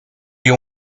you